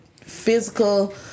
physical